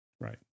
right